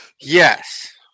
yes